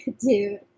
dude